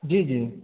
جی جی